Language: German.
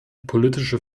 politische